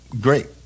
great